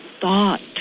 thought